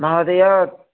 महोदय